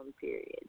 period